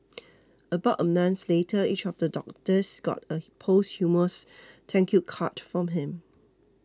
about a month later each of the doctors got a posthumous thank you card from him